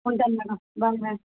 ఉంటాను madam bye madam